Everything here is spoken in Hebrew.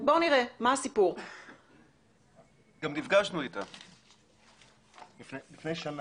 גם נפגשנו איתה לפני שנה.